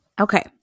Okay